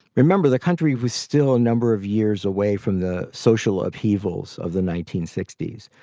remember, the country was still a number of years away from the social upheavals of the nineteen sixty s.